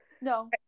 No